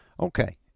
Okay